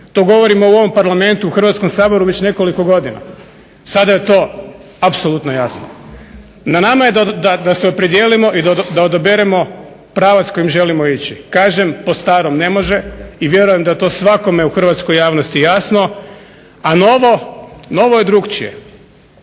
To govorim u ovom Parlamentu u Hrvatskom saboru već nekoliko godina, sada je to apsolutno jasno. Na nama je da se opredijelimo i da odaberemo pravac kojim želimo ići, kažem po starom ne može i vjerujem da je to svakome u hrvatskoj javnosti jasno, a novo je drukčije.